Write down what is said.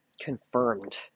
confirmed